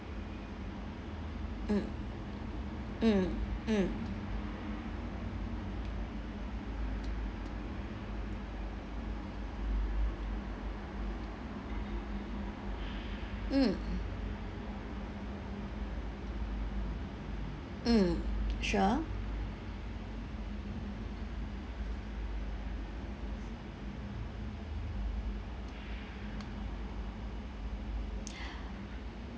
mm mm mm mm mm sure